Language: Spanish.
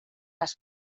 las